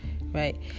right